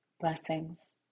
Blessings